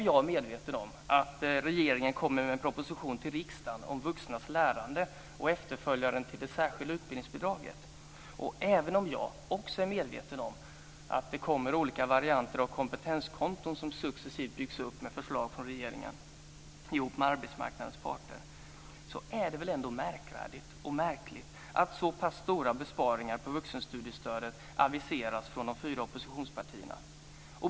Jag är medveten om att regeringen kommer med en proposition till riksdagen om vuxnas lärande och efterföljaren till det särskilda utbildningsbidraget. Jag är också medveten om att det kommer olika varianter av kompetenskonton som byggs upp successivt genom förslag från regeringen ihop med arbetsmarknadens parter. Men det är väl ändå märkligt att så pass stora besparingar på vuxenstudiestödet aviseras från de fyra oppositionspartierna.